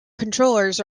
controllers